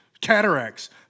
Cataracts